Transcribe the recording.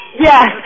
Yes